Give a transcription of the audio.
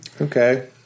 Okay